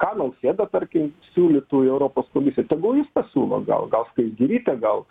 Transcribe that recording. ką nausėda tarkim siūlytų į europos komisiją tegu jis pasiūlo gal gal skaisgirytę gal